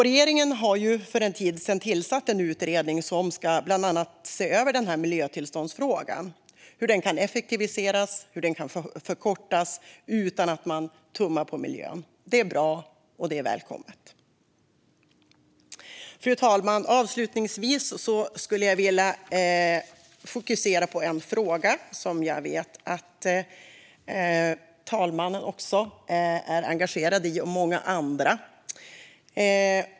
Regeringen tillsatte för en tid sedan en utredning som ska se över bland annat miljötillståndsfrågan och hur den processen kan effektiviseras och förkortas utan att man tummar på miljön. Det är bra och välkommet. Fru talman! Avslutningsvis skulle jag vilja fokusera på en fråga som jag vet att också talmannen är engagerad i, liksom många andra.